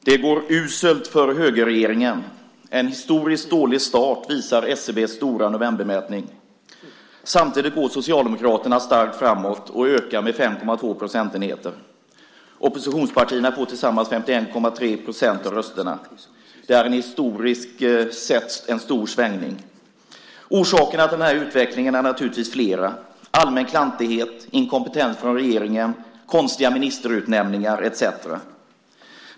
Herr talman! Det går uselt för högerregeringen - en historiskt dålig start, visar SCB:s stora novembermätning. Samtidigt går Socialdemokraterna starkt framåt och ökar med 5,2 procentenheter. Oppositionspartierna får tillsammans 51,3 % av rösterna. Det här är historiskt sett en stor svängning. Orsakerna till den här utvecklingen är naturligtvis flera: allmän klantighet, inkompetens från regeringen, konstiga ministerutnämningar etcetera.